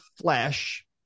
flesh